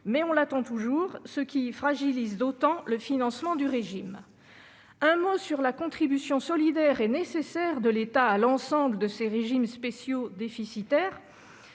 mais on l'attend toujours, ce qui fragilise d'autant le financement du régime. Je dirai maintenant un mot sur la contribution solidaire et nécessaire de l'État à l'ensemble de ces régimes spéciaux déficitaires.